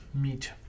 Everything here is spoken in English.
meat